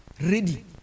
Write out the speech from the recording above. ready